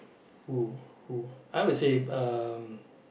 who who I would say um